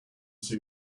see